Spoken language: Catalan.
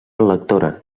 lectora